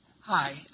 Hi